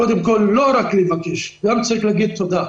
קודם כול לא רק לבקש אלא גם צריך להגיד תודה.